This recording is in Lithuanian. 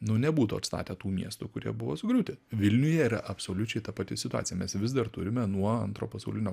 nu nebūtų atstatę tų miestų kurie buvo sugriauti vilniuje yra absoliučiai ta pati situacija mes vis dar turime nuo antro pasaulinio